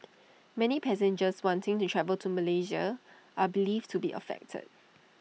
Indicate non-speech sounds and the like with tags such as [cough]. [noise] many passengers wanting to travel to Malaysia are believed to be affected